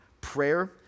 prayer